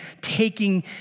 taking